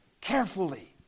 carefully